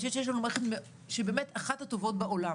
אני חושבת שיש לנו מערכת שהיא באמת אחת הטובות בעולם,